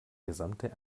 gesamte